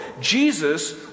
Jesus